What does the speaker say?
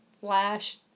Flash